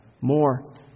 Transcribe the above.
more